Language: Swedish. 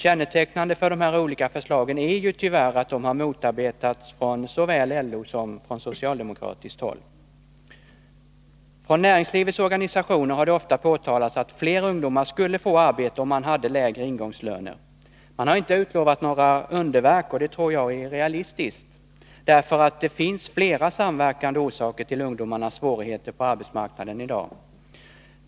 Kännetecknande är att de här olika förslagen tyvärr har motarbetats från såväl LO som socialdemokraterna. Från näringslivets organisationer har det ofta påtalats att fler ungdomar skulle få arbete om man hade lägre ingångslöner. Man har inte utlovat några underverk, och det tror jag är realistiskt. Det finns nämligen flera samverkande orsaker till ungdomarnas svårigheter på arbetsmarknaden i dag.